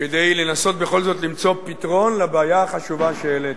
כדי לנסות בכל זאת למצוא פתרון לבעיה החשובה שהעלית.